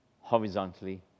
horizontally